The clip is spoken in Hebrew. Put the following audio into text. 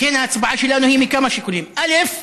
לכן, ההצבעה שלנו היא מכמה שיקולים: א.